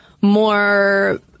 more